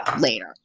later